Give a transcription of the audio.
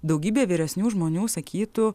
daugybė vyresnių žmonių sakytų